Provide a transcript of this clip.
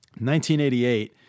1988